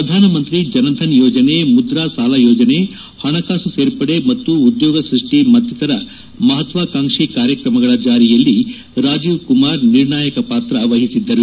ಪ್ರಧಾನಮಂತ್ರಿ ಜನಧನ್ ಯೋಜನೆ ಮುದ್ರಾ ಸಾಲ ಯೋಜನೆ ಹಣಕಾಸು ಸೇರ್ಪಡೆ ಮತ್ತು ಉದ್ಯೋಗ ಸೃಷ್ಟಿ ಮತ್ತಿತರ ಮಹತ್ವಾಕಾಂಕ್ಷಿ ಕಾರ್ಯಕ್ರಮಗಳ ಜಾರಿಯಲ್ಲಿ ರಾಜೀವ್ಕುಮಾರ್ ನಿರ್ಣಾಯಕ ಪಾತ್ರ ವಹಿಸಿದ್ದರು